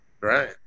Right